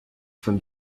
from